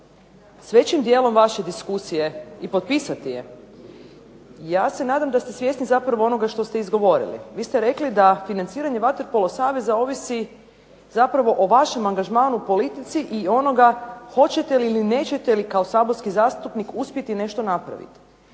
sa većim dijelom vaše diskusije i potpisati je, ja se nadam da ste svjesni zapravo onoga što ste izgovorili. Vi ste rekli da financiranje vaterpolo saveza ovisi zapravo o vašem angažmanu u politici i onoga hoćete li ili nećete li kao saborski zastupnik uspjeti nešto napraviti.